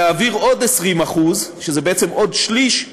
להעביר עוד 20%, שזה בעצם עוד שליש,